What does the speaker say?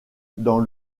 dans